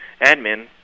admin